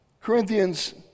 Corinthians